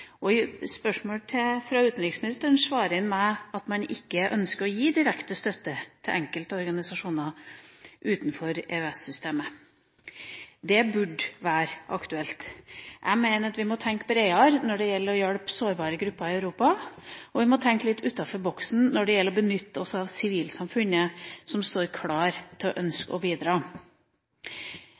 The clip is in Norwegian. spørsmål til utenriksministeren svarer han meg at han ikke ønsker å gi direkte støtte til enkeltorganisasjoner utenfor EØS-systemet. Det burde være aktuelt. Jeg mener at vi må tenke bredere når det gjelder å hjelpe sårbare grupper i Europa, og vi må tenke litt utenfor boksen når det gjelder å benytte oss av sivilsamfunnet som står klar til og ønsker å bidra.